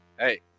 Hey